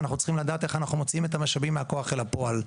אנחנו צריכים לדעת איך אנחנו מוציאים את המשאבים מהכוח אל הפועל.